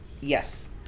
Yes